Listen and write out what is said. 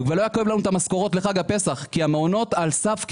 ולא יעכב להם את המשכורות לחג הפסח כי המעונות על סף קריסה.